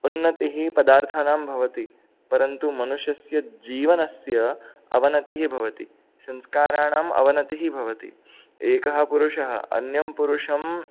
उन्नतिः पदार्थानां भवति परन्तु मनुष्यस्य जीवनस्य अवनतिः भवति संस्काराणाम् अवनतिः भवति एकः पुरुषः अन्यं पुरुषं